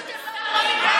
פשוט הם,